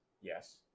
yes